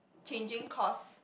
changing course